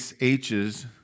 h's